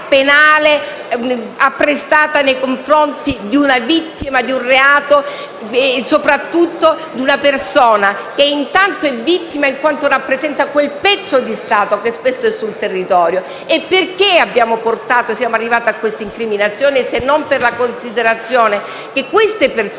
apprestata nei confronti di una vittima di un reato e, soprattutto, di una persona che è vittima in quanto rappresenta quel pezzo di Stato che spesso è sul territorio? Perché siamo arrivati a questa incriminazione, se non per la considerazione che queste persone,